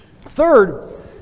Third